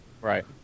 Right